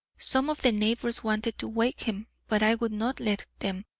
some of the neighbours wanted to wake him, but i would not let them.